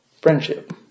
Friendship